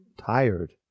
tired